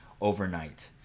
overnight